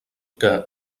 que